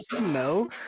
No